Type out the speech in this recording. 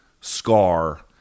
scar